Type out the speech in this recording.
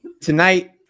tonight